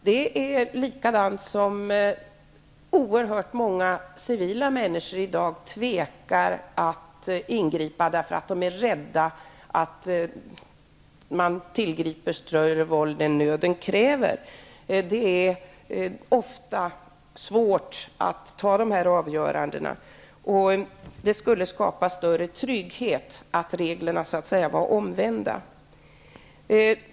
Det är samma förhållande som att oerhört många civila personer tvekar att ingripa därför att de är rädda för att ha ansetts tillgripa större våld än nöden kräver. Det är ofta svårt att ta de här avgörandena. Det skulle skapa större trygghet med omvända regler.